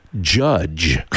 Judge